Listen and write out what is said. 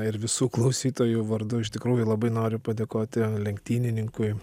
ir visų klausytojų vardu iš tikrųjų labai noriu padėkoti lenktynininkui